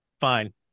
fine